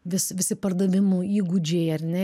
vis visi pardavimų įgūdžiai ar ne